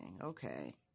Okay